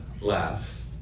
laughs